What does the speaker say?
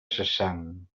cessant